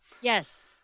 yes